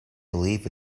believe